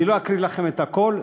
אני לא אקריא לכם את הכול,